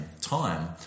time